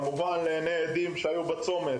כל זה לעיניי עדים שהיו בצומת.